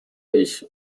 ich